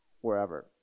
wherever